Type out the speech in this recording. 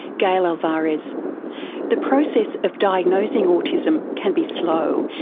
gail alvares. the process of diagnosing autism can be slow,